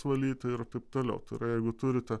valyti ir taip toliau tai yra jeigu turite